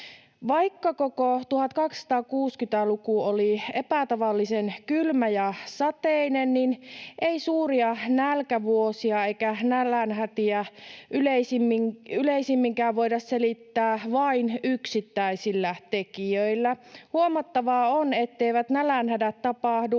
Vaikka koko 1860-luku oli epätavallisen kylmä ja sateinen, niin ei suuria nälkävuosia eikä nälänhätiä yleisemminkään voida selittää vain yksittäisillä tekijöillä. Huomattavaa on, etteivät nälänhädät tapahdu